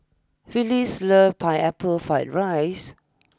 Phylis loves Pineapple Fried Rice